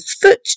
foot